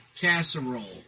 casserole